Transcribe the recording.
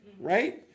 right